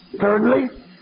Thirdly